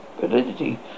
validity